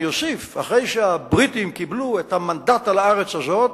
אני אוסיף שאחרי שהבריטים קיבלו את המנדט על הארץ הזאת,